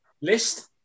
list